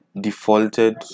defaulted